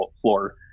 floor